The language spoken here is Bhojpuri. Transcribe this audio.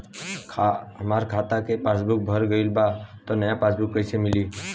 हमार खाता के पासबूक भर गएल बा त नया पासबूक कइसे मिली?